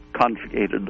conjugated